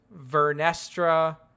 Vernestra